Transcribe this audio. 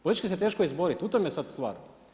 Politički se teško izboriti, u tome je sad stvar.